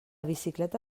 bicicleta